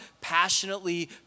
passionately